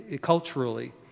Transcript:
culturally